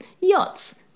Yachts